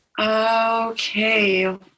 Okay